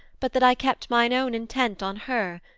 but that i kept mine own intent on her,